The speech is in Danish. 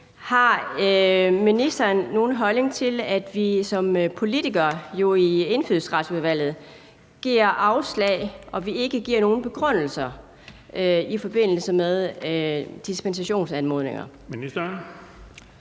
Har ministeren nogen holdning til, at vi som politikere i Indfødsretsudvalget giver afslag, og at vi ikke giver nogen begrundelse for det i forbindelse med dispensationsansøgninger?